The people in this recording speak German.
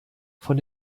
von